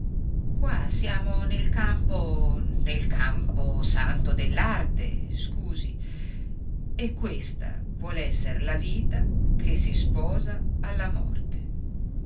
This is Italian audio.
qua siamo nel campo nel camposanto dell'arte scusi e questa vuol essere la vita che si sposa alla morte